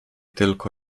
tylko